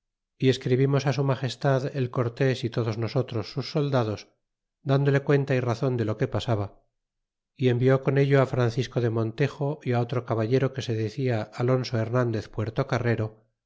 y escribimos su magestad el cortés y todos nosotros sus soldados dándole cuenta y razon de lo que pasaba y envió con ello francisco de montejo é otro caballero que se decia alonso hernandez